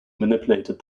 manipulated